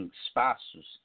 espaços